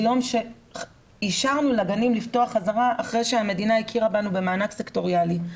ביום שאישרנו לגנים לפתוח חזרה אחרי שהמדינה הכירה בנו במענק סקטוריאלי.